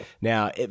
Now